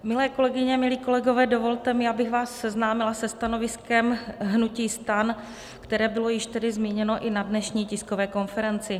Milé kolegyně, milí kolegové, dovolte mi, abych vás seznámila se stanoviskem hnutí STAN, které bylo již tedy zmíněno i na dnešní tiskové konferenci.